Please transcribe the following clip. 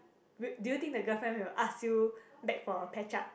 do you know the girlfriend will ask you back for a patch up